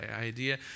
idea